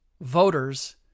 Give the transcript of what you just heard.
voters